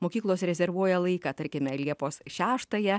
mokyklos rezervuoja laiką tarkime liepos šeštąją